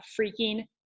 freaking